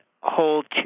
hold